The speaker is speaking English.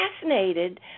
fascinated